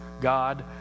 God